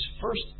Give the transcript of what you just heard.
first